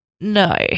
no